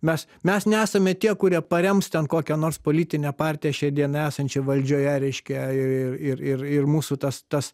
mes mes nesame tie kurie parems ten kokią nors politinę partiją šiai dienai esančiai valdžioje reiškia ir ir ir mūsų tas tas